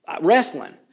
wrestling